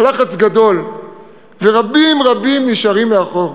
הלחץ גדול ורבים רבים נשארים מאחור,